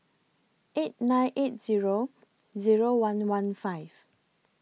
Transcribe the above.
eight nine eight Zero Zero one one five